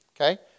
okay